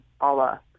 Allah